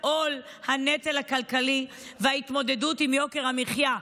עול הנטל הכלכלי וההתמודדות עם יוקר המחיה.